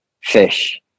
fish